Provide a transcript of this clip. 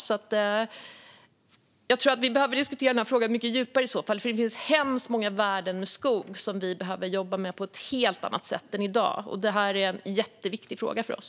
Men jag tror att vi behöver diskutera denna fråga djupare, för det finns hemskt många värden med skogen som vi behöver jobba med på ett helt annat sätt än i dag. Det här är en jätteviktig fråga för oss.